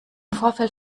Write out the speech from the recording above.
vorfeld